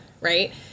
right